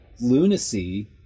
Lunacy